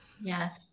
yes